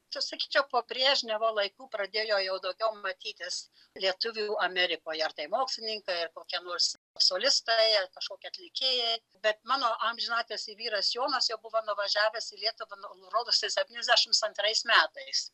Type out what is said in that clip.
tai sakyčiau po brežnevo laikų pradėjo jau daugiau matytis lietuvių amerikoje ar tai mokslininkai ir kokie nors solistai ar kažkokie atlikėjai bet mano amžinatilsį vyras jonas jau buvo nuvažiavęs į lietuvą nu rodosi septyniasdešimt antrais metais